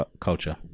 culture